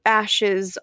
ashes